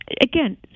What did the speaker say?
again